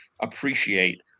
appreciate